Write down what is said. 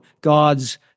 God's